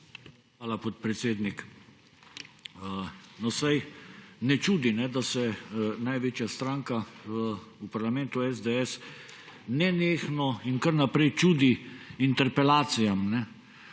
Hvala, podpredsednik. Ne čudi, da se največja stranka v parlamentu SDS nenehno in kar naprej čudi interpelacijam,